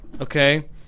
Okay